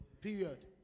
Period